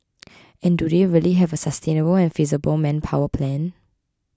and do they really have a sustainable and feasible manpower plan